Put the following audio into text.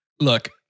Look